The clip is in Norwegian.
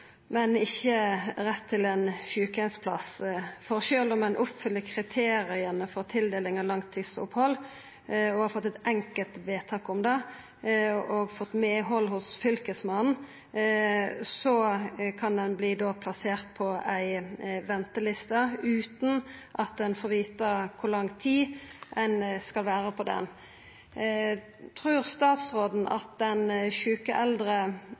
men ikkje rett til ein sjukeheimsplass. For sjølv om ein oppfyller kriteria for tildeling av langtidsopphald, har fått eit enkeltvedtak om det og fått medhald hos Fylkesmannen, kan ein verta plassert på ei venteliste utan at ein får vita kor lang tid ein skal stå på den lista. Trur statsråden at den sjuke eldre